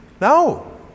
No